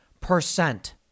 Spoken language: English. percent